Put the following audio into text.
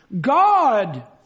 God